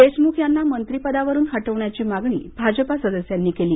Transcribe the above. देशमुख यांना मंत्रिपदावरुन हटवण्याची मागणी भाजपा सदस्यांनी केली